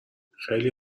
خیلی